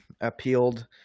appealed